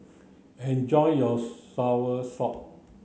enjoy your Soursop